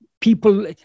people